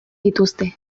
dituzte